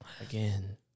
again